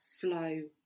flow